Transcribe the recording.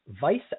Vice